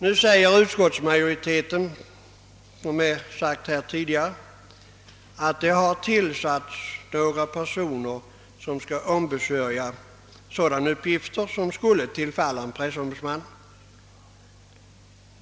Som tidigare sagts framhåller utskottsmajoriteten, att det tillsatts några personer som skall sköta sådana uppgifter som tillfaller en pressombudsman.